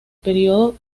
periodo